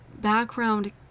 background